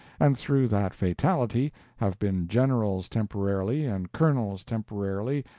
and through that fatality have been generals temporarily, and colonels temporarily,